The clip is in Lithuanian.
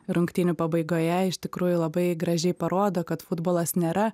rungtynių pabaigoje iš tikrųjų labai gražiai parodo kad futbolas nėra